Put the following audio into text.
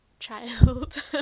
child